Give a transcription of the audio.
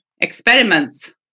experiments